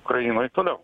ukrainoj toliau